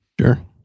Sure